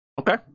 Okay